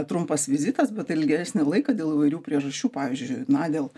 trumpas vizitas bet ilgesnį laiką dėl įvairių priežasčių pavyzdžiui na dėl